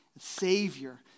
Savior